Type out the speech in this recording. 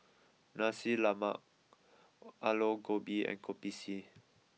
Nasi Lemak Aloo Gobi and Kopi C